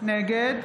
נגד